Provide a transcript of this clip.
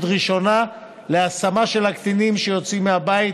ראשונה להשמה של הקטינים שיוצאים מהבית,